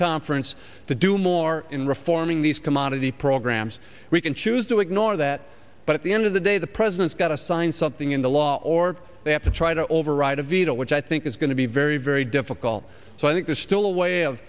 conference to do more in reforming these commodity programs we can choose to ignore that but at the end of the day the president's got to sign something into law or they have to try to override a veto which i think is going to be very very difficult so i think there's still a way of